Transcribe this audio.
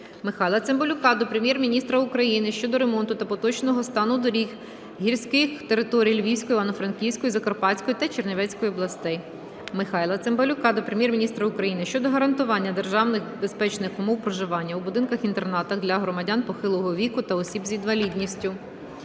Михайла Цимбалюка до Прем'єр-міністра України щодо ремонту та поточного стану доріг гірських території Львівської, Івано-Франківської, Закарпатської та Чернівецької областей. Михайла Цимбалюка до Прем'єр-міністра України щодо гарантування державою безпечних умов проживання у будинках-інтернатах для громадян похилого віку та осіб з інвалідністю.